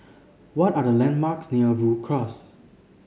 what are the landmarks near Rhu Cross